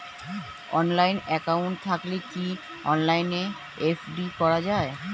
Online account থাকলে কি অনলাইনে এফ.ডি করা যায়?